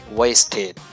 wasted